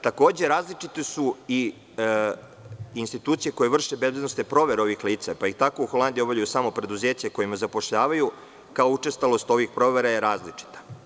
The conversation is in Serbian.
Takođe, različite su i institucije koje vrše bezbednosne provere ovih lica, pa ih tako u Holandiji obavljaju samo preduzeća koja zapošljavaju, kao učestalost ovih provera je različita.